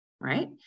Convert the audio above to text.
Right